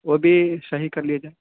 وہ بھی صحیح کر لیجیے